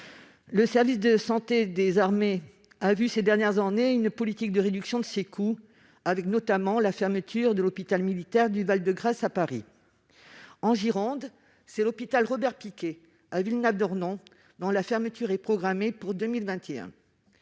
Le service de santé des armées a vu, ces dernières années, une politique de réduction de ses coûts, avec, notamment, la fermeture de l'hôpital militaire du Val-de-Grâce à Paris. En Gironde, c'est l'hôpital Robert-Picqué, situé à Villenave-d'Ornon, dont la fermeture est programmée pour 2021.